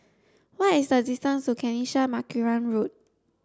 what is the distance to Kanisha Marican Road